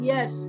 Yes